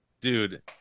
Dude